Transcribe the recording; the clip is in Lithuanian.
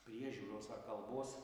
priežiūros ar kalbos